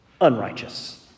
unrighteous